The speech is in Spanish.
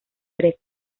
tres